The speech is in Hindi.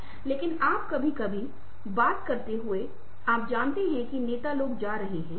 अगर मैं एक टेबल के सामने बैठा हूं तो आम तौर पर मैं टेबल पर मेरे सामने चीजें रखता हूं